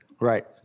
Right